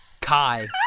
Kai